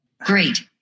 Great